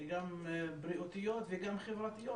גם בריאותיות וגם חברתיות,